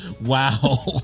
Wow